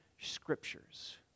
scriptures